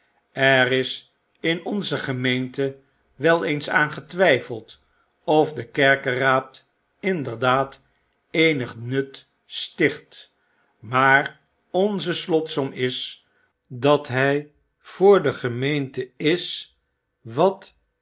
er is in onze gemeente wel eens aan getwyfeld of de kerkeraad inderdaad eenig nut sticht maar onze slotsom is dat hy voor de gemeente is wat